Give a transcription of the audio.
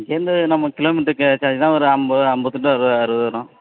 இங்கே இருந்து நம்ம கிலோமீட்டருக்கு சார்ஜ் தான் ஒரு ஐம்பது ஐம்பத்தி எட்டு ஒரு அறுபது வரும்